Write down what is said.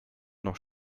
noch